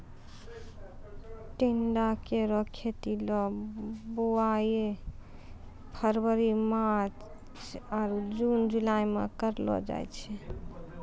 टिंडा केरो खेती ल बुआई फरवरी मार्च आरु जून जुलाई में कयलो जाय छै